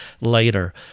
later